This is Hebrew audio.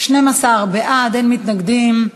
12 בעד, אין מתנגדים.